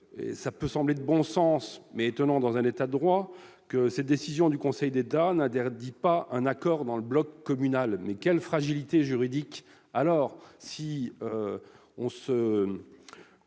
cela peut sembler de bon sens, mais un peu étonnant dans un État de droit -que cette décision du Conseil d'État n'interdisait pas les accords au sein du bloc communal. Mais quelle fragilité juridique,